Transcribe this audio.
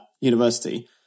university